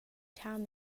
town